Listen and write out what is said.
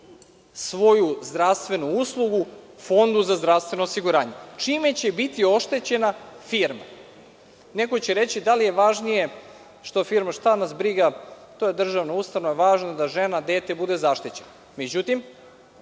svoju zdravstvenu uslugu Fondu za zdravstveno osiguranje, čime će biti oštećena firma. Neko će reći – da li je važnije što firma, šta nas briga, to je državna ustanova, važno da žena i dete budu zaštićeni. Međutim,